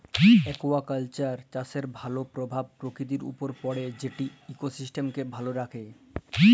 aquaculture চাষের ভালো পরভাব পরকিতির উপরে পড়ে যেট ইকসিস্টেমকে ভালো রাখ্যে